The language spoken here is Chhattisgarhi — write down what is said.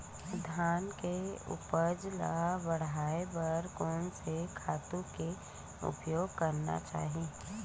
धान के उपज ल बढ़ाये बर कोन से खातु के उपयोग करना चाही?